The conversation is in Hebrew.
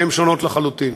שהן שונות לחלוטין.